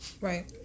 Right